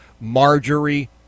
Marjorie